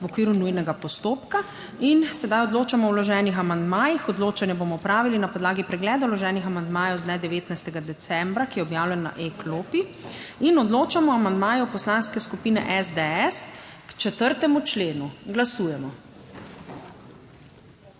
v okviru nujnega postopka. Odločamo o vloženih amandmajih. Odločanje bomo opravili na podlagi pregleda vloženih amandmajev z dne 19. decembra, ki je objavljen na e-klopi. Odločamo o amandmaju Poslanske skupine SDS k 4. členu. Glasujemo.